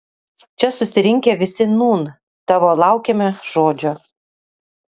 čia susirinkę visi nūn tavo laukiame žodžio